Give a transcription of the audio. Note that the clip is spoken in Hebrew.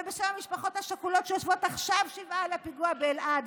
ובשם המשפחות השכולות שיושבות עכשיו שבעה על הפיגוע באלעד.